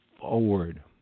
forward